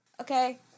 Okay